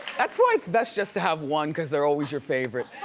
that's why it's best just to have one, cause they're always your favorite.